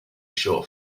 short